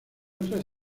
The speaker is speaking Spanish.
otras